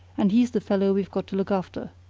and he's the fellow we've got to look after.